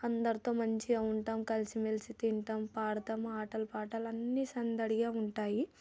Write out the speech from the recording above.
అందరితో మంచిగా ఉంటాం కలిసిమెలిసి తింటాం పాడతాం ఆటలు పాటలు అన్నీ సందడిగా ఉంటాయి